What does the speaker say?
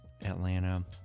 Atlanta